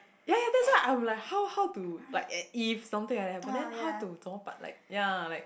ya ya that's why I'm like how how to like e~ if something like that happen then how to 怎么办:zenme ban but like ya like